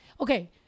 okay